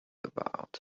about